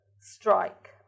strike